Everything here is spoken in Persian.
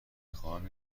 خواهم